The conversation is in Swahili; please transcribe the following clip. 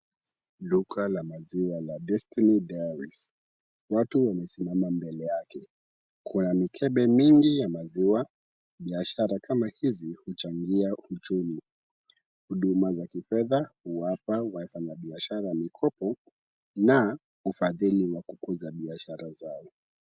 Duka la maziwa la Destiny Dairies. Watu wamesimama mbele yake. Kuna mikebe mingi ya maziwa. Biashara kama hizi huchangia uchumi. Huduma za kifedha huwapa wafanyabiashara mikopo na ufadhili wa kukuza biashara zao.